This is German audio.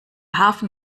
hafen